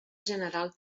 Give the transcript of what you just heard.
general